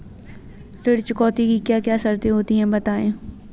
ऋण चुकौती की क्या क्या शर्तें होती हैं बताएँ?